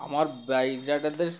আমার বাইওডাটাদের